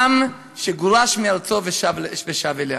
עם שגורש מארצו ושב אליה,